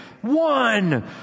one